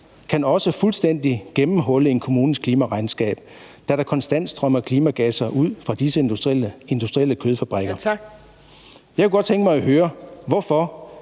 kan også fuldstændig gennemhulle en kommunes klimaregnskab, da der konstant strømmer klimagasser ud fra disse industrielle kødfabrikker.« Jeg kunne godt tænke mig at høre, hvorfor